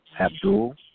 Abdul